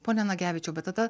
pone nagevičiau bet tada